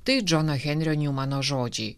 tai džono henrio njumano žodžiai